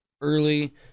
early